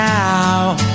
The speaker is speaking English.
now